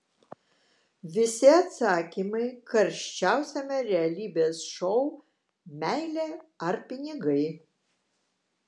visi atsakymai karščiausiame realybės šou meilė ar pinigai